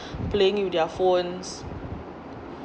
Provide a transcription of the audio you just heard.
their phones